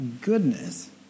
goodness